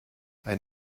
ein